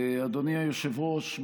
אדוני היושב-ראש,